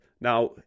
Now